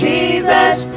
Jesus